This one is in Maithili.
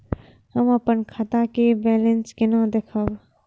हम अपन खाता के बैलेंस केना देखब?